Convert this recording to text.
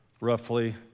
roughly